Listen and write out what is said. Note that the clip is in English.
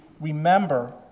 remember